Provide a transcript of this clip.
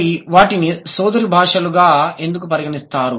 మరి వాటిని సోదరి భాషలుగా ఎందుకు పరిగణిస్తారు